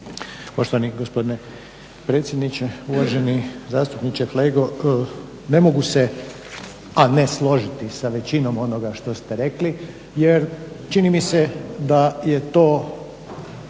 Poštovani gospodine predsjedniče. Uvaženi zastupniče Flego ne mogu se a ne složiti sa većinom onoga što ste rekli jer čini mi se da je to